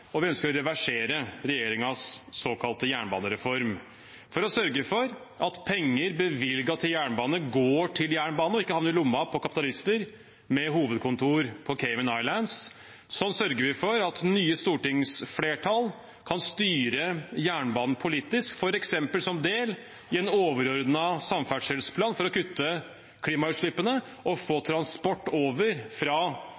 og vi ønsker å reversere regjeringens såkalte jernbanereform, for å sørge for at penger bevilget til jernbane går til jernbane og ikke havner i lommen på kapitalister med hovedkontor på Cayman Islands. Slik sørger vi for at nye stortingsflertall kan styre jernbanen politisk, f.eks. som del av en overordnet samferdselsplan for å kutte klimautslippene og